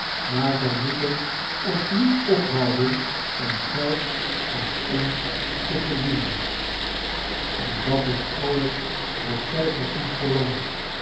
maar zij moeten ons niet ophouden om geld aan ons te verdienen en dat is alles wat zg van ons verlangen